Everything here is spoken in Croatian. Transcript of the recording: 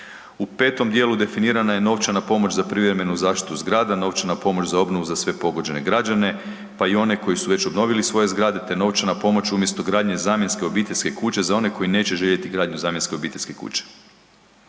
U 5. dijelu definirana je novčana pomoć za privremenu zaštitu zgrada, novčana pomoć za obnovu za sve pogođene građane pa i one koji su već obnovili svoje zgrade te novčana pomoć, umjesto gradnje zamjenske obiteljske kuće za one koji neće željeti gradnju zamjenske obiteljske kuće.